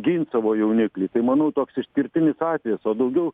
gint savo jauniklį tai manau toks išskirtinis atvejis o daugiau